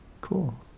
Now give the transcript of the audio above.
cool